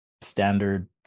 standard